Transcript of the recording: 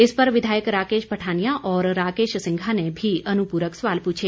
इस पर विधायक राकेश पठानिया और राकेश सिंघा ने भी अनुप्रक सवाल पूछे